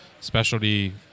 specialty